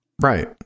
Right